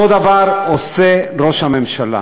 אותו דבר עושה ראש הממשלה,